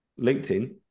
LinkedIn